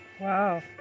Wow